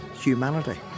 humanity